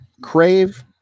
Crave